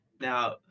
now